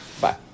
Bye